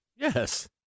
Yes